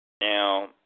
Now